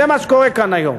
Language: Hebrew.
זה מה שקורה כאן היום.